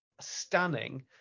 stunning